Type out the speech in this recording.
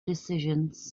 decisions